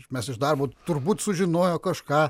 išmes iš darbo turbūt sužinojo kažką